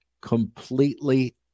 completely